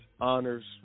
honors